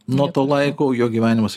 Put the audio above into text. nuo to laiko jo gyvenimas